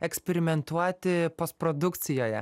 eksperimentuoti post produkcijoje